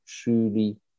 truly